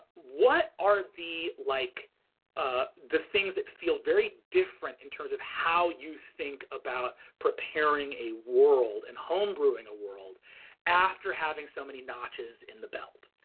what are the like ah the things that feel very different in terms of how you think about preparing a world and homebrewing a world after having so many notches in the belt?